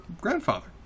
grandfather